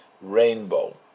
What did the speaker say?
rainbow